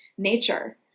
nature